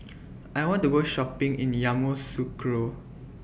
I want to Go Shopping in Yamoussoukro